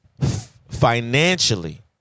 Financially